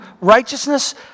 righteousness